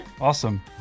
Awesome